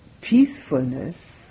peacefulness